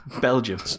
Belgium